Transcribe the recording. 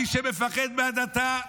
מי שמפחד מהדתה,